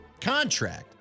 contract